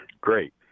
Great